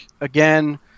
again